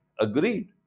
Agreed